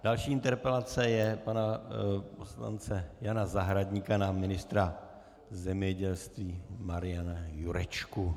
Další interpelace je pana poslance Jana Zahradníka na ministra zemědělství Mariana Jurečku.